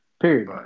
Period